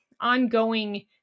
ongoing